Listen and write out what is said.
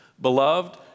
Beloved